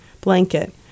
blanket